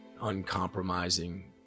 uncompromising